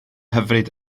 hyfryd